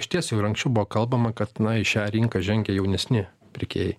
išties jau ir anksčiau buvo kalbama kad na į šią rinką žengia jaunesni pirkėjai